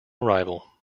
arrival